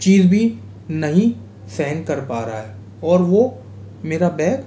चीज भी नहीं सहन कर पा रहा है और वो मेरा बैग